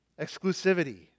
Exclusivity